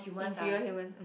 inferior human mm